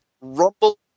Rumble